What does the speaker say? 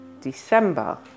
December